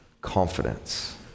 Confidence